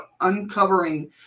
uncovering